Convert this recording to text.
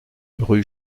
rue